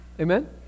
Amen